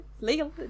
Legal